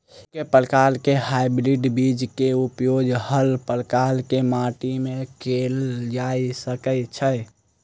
एके प्रकार केँ हाइब्रिड बीज केँ उपयोग हर प्रकार केँ माटि मे कैल जा सकय छै?